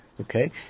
Okay